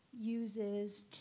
uses